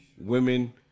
Women